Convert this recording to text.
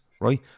right